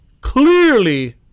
clearly